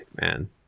Man